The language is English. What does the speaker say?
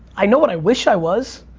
i know what i wish i was,